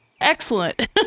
Excellent